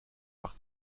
par